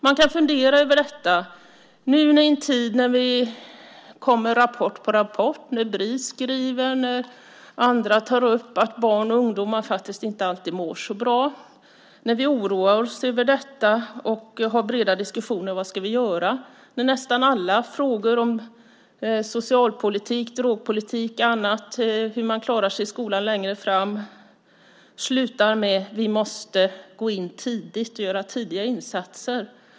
Man kan fundera över detta i en tid då det kommer rapport efter rapport och när Bris och andra tar upp att barn och ungdomar inte alltid mår så bra. Vi oroar oss över detta och har breda diskussioner om vad vi ska göra. Och nästan alla diskussioner om socialpolitik, drogpolitik och hur man ska klara sig i skolan längre fram slutar med att vi måste gå in tidigt och göra insatser.